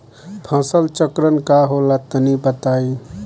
फसल चक्रण का होला तनि बताई?